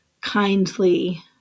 kindly